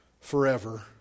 forever